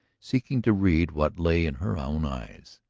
seeking to read what lay in her own eyes.